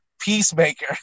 peacemaker